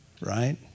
Right